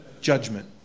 judgment